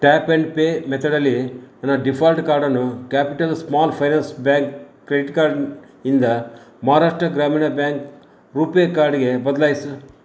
tap and pay ಮೆತಡಲಿ ಎನ default ಕಾರ್ಡನು capital small finance bank credit ಕಾರ್ಡ್ಯಿಂದ ಮಹಾರಾಷ್ಟ್ರ ಗ್ರಾಮೀಣ್ ಬ್ಯಾಂಕ್ ರೂಪೇ ಕಾರ್ಡ್ಗೆ ಬದಲಾಯ್ಸು